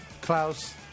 Klaus